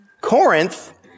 Corinth